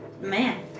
Man